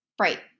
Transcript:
right